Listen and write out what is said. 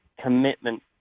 commitment